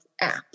app